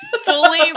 fully